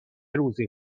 روزی